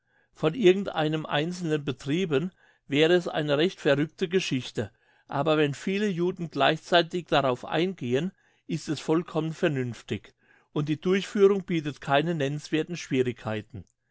von irgend einem einzelnen betrieben wäre es eine recht verrückte geschichte aber wenn viele juden gleichzeitig darauf eingehen ist es vollkommen vernünftig und die durchführung bietet keine nennenswerthen schwierigkeiten